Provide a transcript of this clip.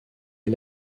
est